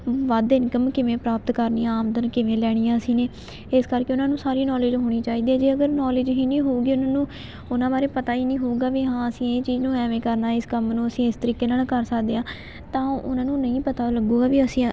ਵੱਧ ਇਨਕਮ ਕਿਵੇਂ ਪ੍ਰਾਪਤ ਕਰਨੀ ਆ ਆਮਦਨ ਕਿਵੇਂ ਲੈਣੀ ਆ ਅਸੀਂ ਨੇ ਇਸ ਕਰਕੇ ਉਹਨਾਂ ਨੂੰ ਸਾਰੀ ਨੌਲੇਜ ਹੋਣੀ ਚਾਹੀਦੀ ਜੇ ਅਗਰ ਨੋਲੇਜ ਹੀ ਨਹੀਂ ਹੋਊਗੀ ਉਹਨਾਂ ਨੂੰ ਉਹਨਾਂ ਬਾਰੇ ਪਤਾ ਹੀ ਨਹੀਂ ਹੋਊਗਾ ਵੀ ਹਾਂ ਅਸੀਂ ਇਹ ਚੀਜ਼ ਨੂੰ ਐਵੇਂ ਕਰਨਾ ਇਸ ਕੰਮ ਨੂੰ ਅਸੀਂ ਇਸ ਤਰੀਕੇ ਨਾਲ ਕਰ ਸਕਦੇ ਹਾਂ ਤਾਂ ਉਹਨਾਂ ਨੂੰ ਨਹੀਂ ਪਤਾ ਲੱਗੇਗਾ ਵੀ ਅਸੀਂ